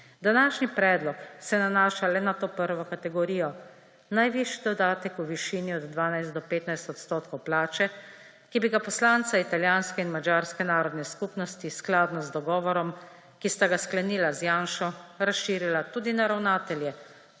Današnji predlog se nanaša le na to prvo kategorijo, najvišji dodatek v višini od 12 do 15 odstotkov plače, ki bi ga poslanca italijanske in madžarske narodne skupnosti skladno z dogovorom, ki sta ga sklenila z Janšo, razširila tudi na ravnatelje,